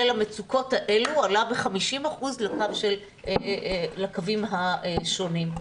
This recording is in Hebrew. המצוקות האלה עלה ב-50% לקווים השונים.